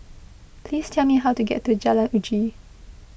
please tell me how to get to Jalan Uji